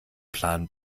plan